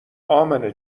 امنه